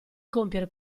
compiere